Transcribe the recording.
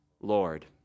Lord